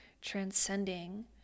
transcending